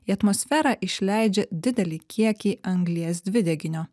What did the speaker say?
į atmosferą išleidžia didelį kiekį anglies dvideginio